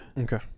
Okay